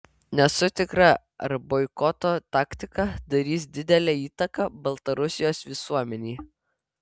nesu tikra ar boikoto taktika darys didelę įtaką baltarusijos visuomenei